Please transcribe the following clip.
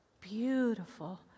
beautiful